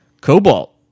Cobalt